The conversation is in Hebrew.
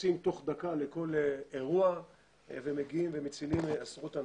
קופצים תוך דקה לכל אירוע ומגיעים ומצילים עשרות אנשים.